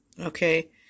Okay